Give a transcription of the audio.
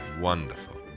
Wonderful